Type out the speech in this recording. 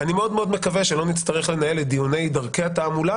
אני מאוד-מאוד מקווה שלא נצטרך לנהל את דיוני דרכי התעמולה